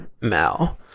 mal